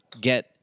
get